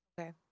Okay